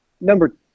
Number